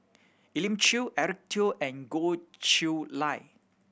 Elim Chew Eric Teo and Goh Chiew Lye